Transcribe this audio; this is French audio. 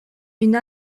une